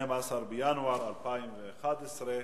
12 בינואר 2011,